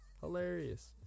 Hilarious